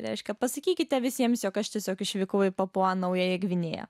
reiškia pasakykite visiems jog aš tiesiog išvykau į papua naująją gvinėją